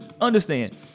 understand